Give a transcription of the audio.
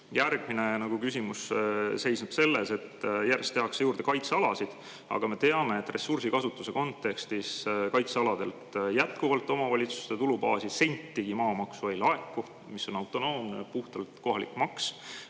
Järgmine küsimus seisneb selles, et järjest tehakse juurde kaitsealasid, aga me teame, et ressursikasutuse kontekstis kaitsealadelt jätkuvalt ei laeku omavalitsuste tulubaasi sentigi maamaksu, mis on autonoomne, puhtalt kohalik maks.